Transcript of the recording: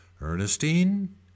Ernestine